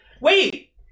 wait